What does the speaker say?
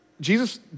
Jesus